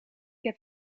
heb